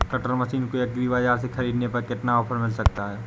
Cutter machine को agri बाजार से ख़रीदने पर कितना ऑफर मिल सकता है?